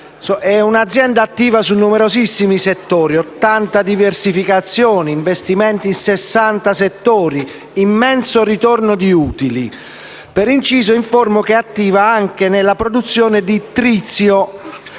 di un'azienda attiva su numerosissimi settori: 80 diversificazioni, investimenti in 60 settori, immenso ritorno di utili. Per inciso informo che è attiva anche nella produzione di trizio